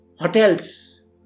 hotels